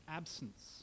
absence